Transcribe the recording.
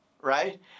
right